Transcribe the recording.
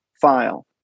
file